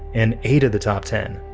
in eight of the top ten.